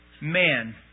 man